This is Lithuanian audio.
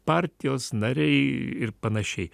partijos nariai ir panašiai